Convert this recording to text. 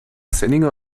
senninger